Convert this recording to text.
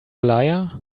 liar